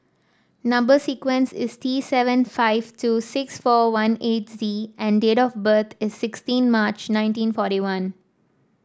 number sequence is T seven five two six four one eight Z and date of birth is sixteen March nineteen forty one